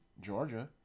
Georgia